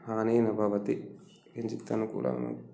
हानिः न भवति किञ्चित् अनुकूलं